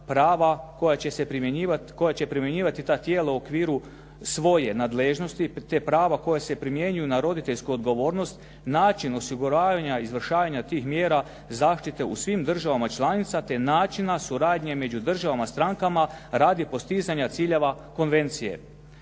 koja će primjenjivati ta tijela u okviru svoje nadležnosti te prava koja se primjenjuju na roditeljsku odgovornost način osiguravanja izvršavanja tih mjera zaštite u svim državama članica te načina suradnje među državama strankama radi postizanja ciljeva konvencije.